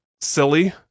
silly